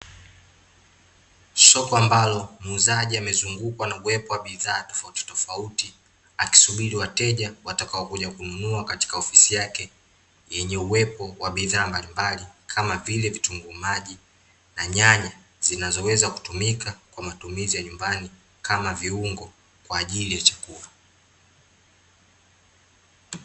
Soko ambalo, muuzaji amezungukwa na uwepo wa bidhaa tofauti tofauti, akisubiri wateja watakaokuja kununua katika ofisi yake, yenye uwepo wa bidhaa mbalimbali kama vile vitunguu maji, na nyanya , zinazoweza kutumika kwa matumizi ya nyumbani kama viungo, kwaajili ya chakula.